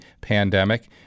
pandemic